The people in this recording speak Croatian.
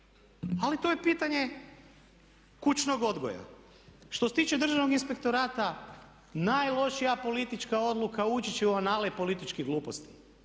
Ali to je pitanje kućnog odgoja. Što se tiče Državnog inspektorata najlošija politička odluka ući će u anale političkih gluposti.